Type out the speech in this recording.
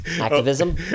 Activism